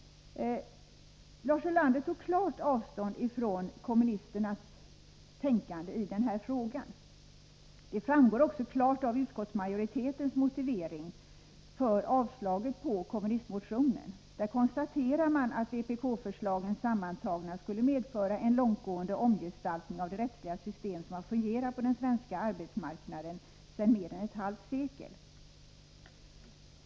Lars Ulander tar avstånd från kommunisternas tänkande i denna fråga. Det framgår också klart av utskottsmajoritetens motivering för avslaget på kommunistmotionen. Där konstaterar man att vpk-förslagen sammantagna skulle medföra en långtgående omgestaltning av det rättsliga system som har fungerat på den svenska arbetsmarknaden sedan mer än ett halvt sekel.